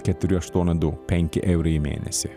keturi aštuoni du penki eurai į mėnesį